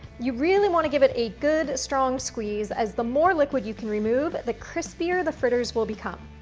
you really want to give it a good, strong squeeze, as the more liquid you can remove, the crispier, the fritters will become.